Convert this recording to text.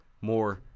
more